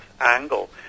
angle